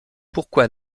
pourquoi